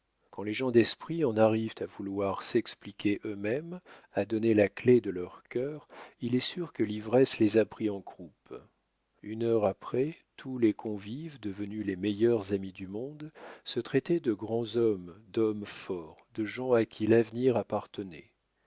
quand les gens d'esprit en arrivent à vouloir s'expliquer eux-mêmes à donner la clef de leurs cœurs il est sûr que l'ivresse les a pris en croupe une heure après tous les convives devenus les meilleurs amis du monde se traitaient de grands hommes d'hommes forts de gens à qui l'avenir appartenait